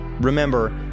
Remember